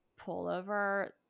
pullover